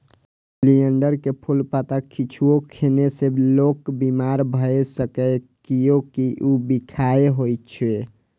oleander के फूल, पत्ता किछुओ खेने से लोक बीमार भए सकैए, कियैकि ऊ बिखाह होइ छै